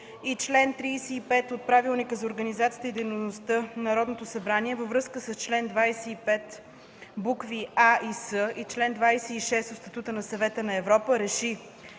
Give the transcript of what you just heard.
и чл. 35 от Правилника за организацията и дейността на Народното събрание във връзка с чл. 25, букви „а” и „с” и чл. 26 от Статута на Съвета на Европа РЕШИ: